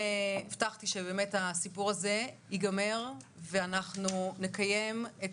אני הבטחתי שהסיפור הזה ייגמר ואנחנו נקיים את